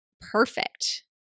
perfect